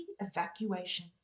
evacuation